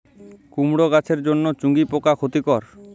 কুমড়ো গাছের জন্য চুঙ্গি পোকা ক্ষতিকর?